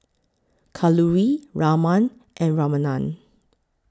Kalluri Raman and Ramanand